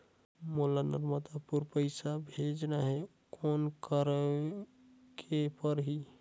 मोला नर्मदापुर पइसा भेजना हैं, कौन करेके परही?